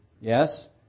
Yes